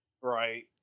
right